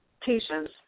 patients